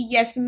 Yes